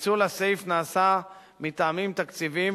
פיצול הסעיף נעשה מטעמים תקציביים,